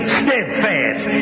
steadfast